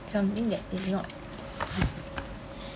something that is not